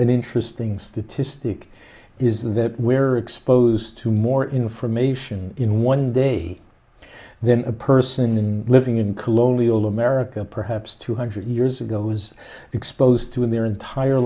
an interesting statistic is that we're exposed to more information in one day than a person in living in colonial america perhaps two hundred years ago was exposed to in their entire